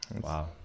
Wow